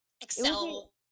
Excel